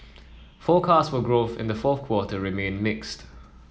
forecasts for growth in the fourth quarter remain mixed